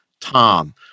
Tom